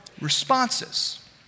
responses